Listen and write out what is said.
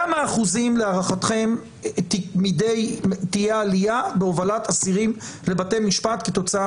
כמה אחוזים לדעתם תהיה עליה בהובלת אסירים לבתי משפט כתוצאה